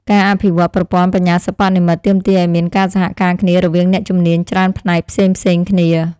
ការអភិវឌ្ឍប្រព័ន្ធបញ្ញាសិប្បនិម្មិតទាមទារឱ្យមានការសហការគ្នារវាងអ្នកជំនាញច្រើនផ្នែកផ្សេងៗគ្នា។